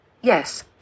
Yes